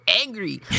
angry